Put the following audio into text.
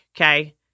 okay